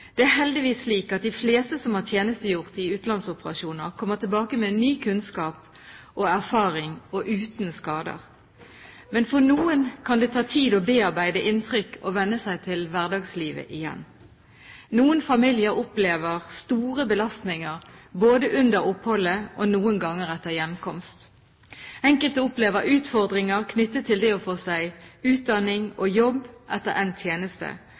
Det er heldigvis slik at de fleste som har tjenestegjort i utenlandsoperasjoner, kommer tilbake med ny kunnskap og erfaring og uten skader. Men for noen kan det ta tid å bearbeide inntrykk og venne seg til hverdagslivet igjen. Noen familier opplever store belastninger både under oppholdet og noen ganger etter hjemkomst. Enkelte opplever utfordringer knyttet til det å få seg utdanning og jobb etter endt tjeneste.